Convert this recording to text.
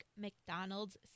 McDonald's